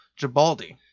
gibaldi